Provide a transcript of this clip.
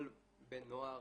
כל בן נוער,